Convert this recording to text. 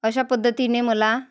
अशा पद्धतीने मला